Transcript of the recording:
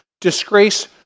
disgrace